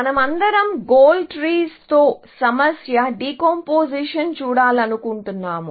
మనమందరం goal trees తో సమస్య డికంపోజిటన్ చూడాలనుకుంటున్నాము